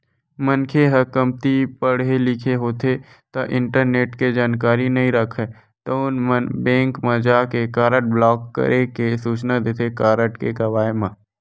मनखे ह कमती पड़हे लिखे होथे ता इंटरनेट के जानकारी नइ राखय तउन मन बेंक म जाके कारड ब्लॉक करे के सूचना देथे कारड के गवाय म